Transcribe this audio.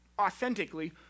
authentically